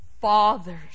Father's